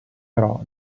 però